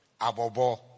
Abobo